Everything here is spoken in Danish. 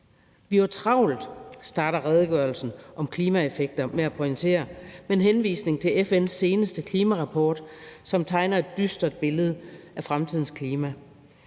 »Vi har travlt«, starter redegørelsen om klimaeffekter med at pointere med en henvisning til FN's seneste klimarapport, som tegner et dystert billede af fremtidens klima.